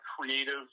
creative